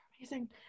amazing